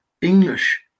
English